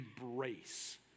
embrace